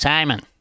Simon